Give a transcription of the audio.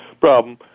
problem